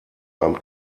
abend